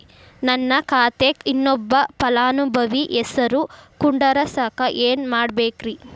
ನನ್ನ ಖಾತೆಕ್ ಇನ್ನೊಬ್ಬ ಫಲಾನುಭವಿ ಹೆಸರು ಕುಂಡರಸಾಕ ಏನ್ ಮಾಡ್ಬೇಕ್ರಿ?